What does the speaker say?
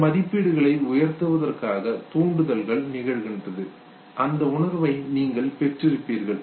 சில மதிப்பீடுகளை உயர்த்துவதற்காக தூண்டுதல்கள் நிகழ்கிறது அந்த உணர்வை நீங்கள் பெற்றிருப்பீர்கள்